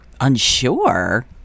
Unsure